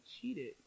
cheated